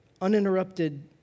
uninterrupted